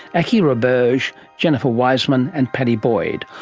ah aki roberge jennifer wiseman and padi boyd,